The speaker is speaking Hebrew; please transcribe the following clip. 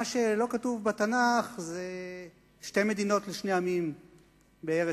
מה שלא כתוב בתנ"ך זה "שתי מדינות לשני עמים בארץ-ישראל",